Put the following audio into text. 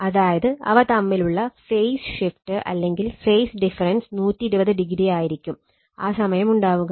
അതായത് അവ തമ്മിലുള്ള ഫേസ് ഷിഫ്റ്റ് അല്ലെങ്കിൽ ഫേസ് ഡിഫറൻസ് 120o ആയിരിക്കും ആ സമയം ഉണ്ടാവുക